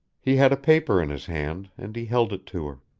he had a paper in his hand, and he held it to her.